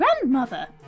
grandmother